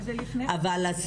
אבל,